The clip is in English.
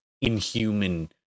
inhuman